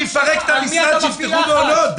שיסגרו את המשרד ויפתחו מעונות.